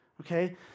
Okay